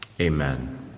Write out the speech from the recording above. amen